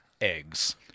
eggs